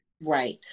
right